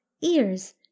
ears